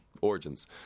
origins